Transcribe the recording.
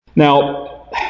Now